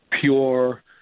pure